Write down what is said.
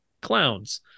clowns